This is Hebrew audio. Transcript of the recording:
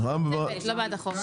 לא בעד החוק.